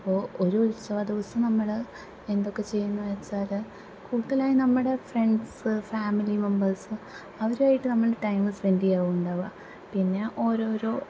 അപ്പോൾ ഒരു ഉത്സവ ദിവസം നമ്മള് എന്തൊക്കെ ചെയ്യുന്ന് വച്ചാല് കൂടുതലായും നമ്മുടെ ഫ്രണ്ട്സ് ഫാമിലി മെമ്പേഴ്സ് അവരുമായിട്ട് നമ്മള് ടൈമ് സ്പെൻഡ് ചെയ്യാറുണ്ടാവുക പിന്നെ ഓരോരോ